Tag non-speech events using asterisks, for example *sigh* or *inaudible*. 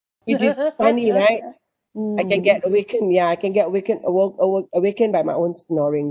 *laughs* it is funny right I can get awakened ya I can get awakened awoke awoke awakened by my own snoring